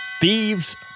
Thieves